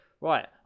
Right